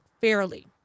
fairly